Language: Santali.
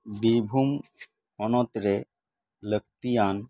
ᱵᱤᱨᱵᱷᱩᱢ ᱦᱚᱱᱚᱛ ᱨᱮ ᱞᱟᱹᱠᱛᱤᱭᱟᱱ